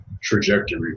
trajectory